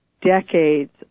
decades